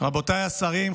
רבותיי השרים,